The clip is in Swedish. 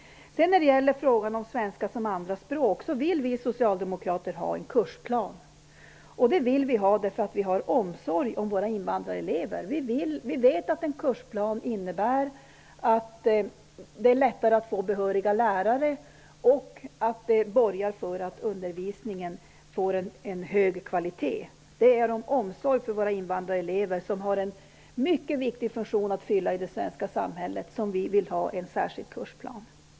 När det sedan gäller frågan om svenska som andraspråk vill vi socialdemokrater ha en kursplan. Det vill vi ha av omsorg om våra invandrarelever. Vi vet att en kursplan innebär att det är lättare att få behöriga lärare. Det borgar för att undervisningen får en hög kvalitet. Det är av omsorg om våra invandrarelever som vi vill ha en särskild kursplan. De har en mycket viktig funktion att fylla i det svenska samhället.